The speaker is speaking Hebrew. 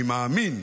אני מאמין,